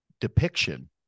depiction